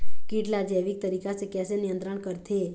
कीट ला जैविक तरीका से कैसे नियंत्रण करथे?